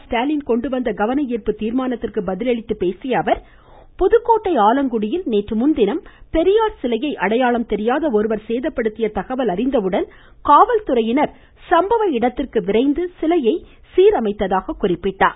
ஸ்டாலின் கொண்டு கவன ஈர்ப்பு தீர்மானத்திற்கு பதில் அளித்த அவர் புதுக்கோட்டை ஆலங்குடியில் நேற்று முன்தினம் பெரியார் சிலையை அடையாளம் தெரியாத ஒருவர் சேதப்படுத்திய தகவல் அறிந்தவுடன் காவல்துறையினர் சம்பவ இடத்திற்கு விரைந்து சிலையை சீரமைத்ததாக குறிப்பிட்டார்